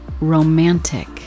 romantic